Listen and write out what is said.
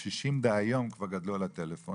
הקשישים דהיום כבר גדלו על הטלפון,